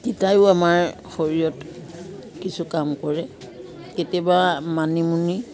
তিতাইয়ো আমাৰ শৰীৰত কিছু কাম কৰে কেতিয়াবা মানিমুনি